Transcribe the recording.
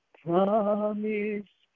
promise